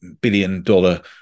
billion-dollar